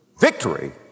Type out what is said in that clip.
Victory